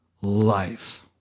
life